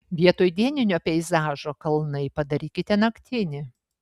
vietoj dieninio peizažo kalnai padarykite naktinį